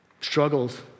struggles